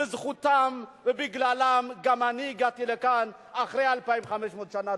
בזכותם ובגללם גם אני הגעתי לכאן אחרי 2,500 שנה,